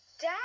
Dad